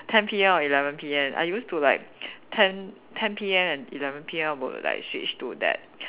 ten P_M or eleven P_M I used to like ten ten P_M and eleven P_M I would like switch to that